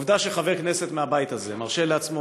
העובדה שחבר כנסת מהבית הזה מרשה לעצמו